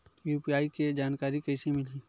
UPI के जानकारी कइसे मिलही?